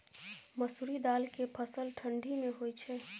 मसुरि दाल के फसल ठंडी मे होय छै?